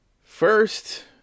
First